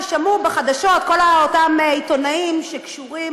שמעו בחדשות כל אותם עיתונאים שקשורים